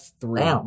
three